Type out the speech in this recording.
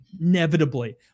inevitably